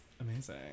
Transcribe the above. Amazing